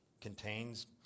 contains